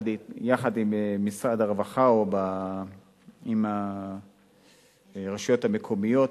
יחד עם משרד הרווחה או עם הרשויות המקומיות,